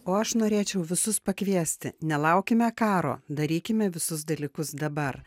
o aš norėčiau visus pakviesti nelaukime karo darykime visus dalykus dabar